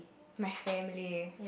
my family